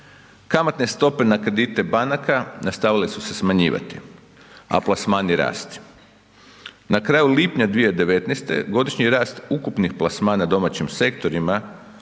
Kamatne stope na kredite banaka nastavile su se smanjivati, a plasmani rasti. Na kraju lipnja 2019. godišnji rast ukupnih plasmana domaćim sektorima